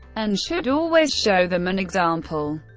and should always show them an example.